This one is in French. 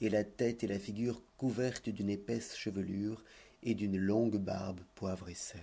et la tête et la figure couvertes d'une épaisse chevelure et d'une longue barbe poivre et sel